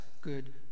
good